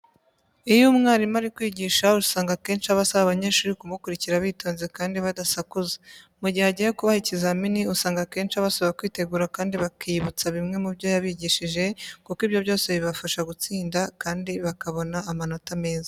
Iyo umwarimu ari kwigisha usanga akenshi aba asaba abanyeshuri kumukurikira bitonze kandi badasakuza. Mu gihe agiye kubaha ikizamini, usanga akenshi abasaba kwitegura kandi bakiyibutsa bimwe mu byo yabigishije kuko ibyo byose bibafasha gutsinda kandi bakabona amanota meza.